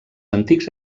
antics